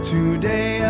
Today